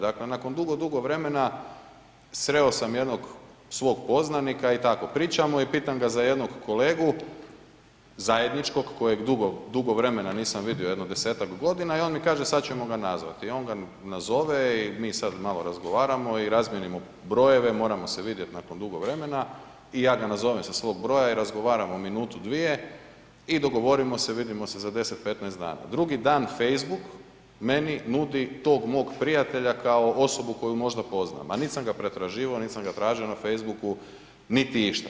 Dakle, nakon dugo, dugo vremena sreo sam jednog svog poznanika i tako, pričamo i pitam ga za jednog kolegu, zajedničkog kojeg dugo, dugo vremena nisam vidio, jedno 10-tak godina i on mi kaže sad ćemo ga nazvati i on ga nazove i mi sad malo razgovaramo i razmijenimo brojeve, moramo se vidjet nakon dugo vremena i ja ga nazovem sa svog broja i razgovaramo munutu, dvije i dogovorimo se vidimo se za 10-15 dana, drugi dan facebook meni nudi tog mog prijatelja kao osobu možda poznam, a nit sam ga pretraživao, nit sam ga tražio na facebooku, niti išta.